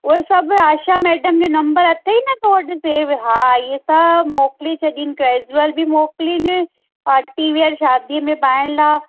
उहे सभ आशा मैडम जे नंबर अथई न तो वटि सेव हा हीअ सभ मोकिले छॾ कैजुअल बि मोकिलिन पार्टी वियर शादीअ में पाइण लाइ